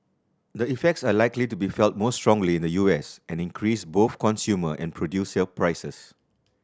the effects are likely to be felt more strongly in the U S and increase both consumer and producer prices